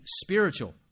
spiritual